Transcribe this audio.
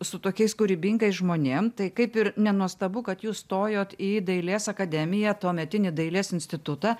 su tokiais kūrybingais žmonėm tai kaip ir nenuostabu kad jūs stojot į dailės akademiją tuometinį dailės institutą